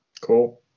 Cool